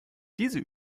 diese